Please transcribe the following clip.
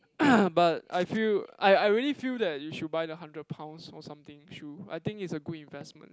but I feel I I really feel that you should buy the hundred pounds or something shoe I think is a good investment